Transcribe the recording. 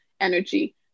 energy